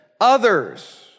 Others